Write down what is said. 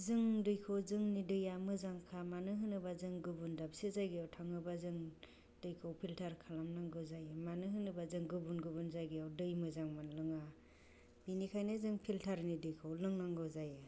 जों दैखौ जोंनि दैया मोजांखा मानो होनोबा जों गुबुन दाबसे जायगायाव थाङोबा जों दैखौ फिल्टार खालामनांगौ जायो मानो होनोबा जों गुबुन गुबुन जायगायाव दै मोजां मोनलोङा बेनिखायनो जों फिल्टारनि दैखौ लोंनांगौ जायो